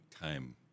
time